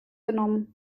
genommen